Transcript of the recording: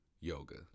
yoga